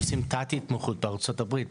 עושים תת התמחות בארצות הברית,